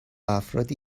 افرادی